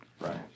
Right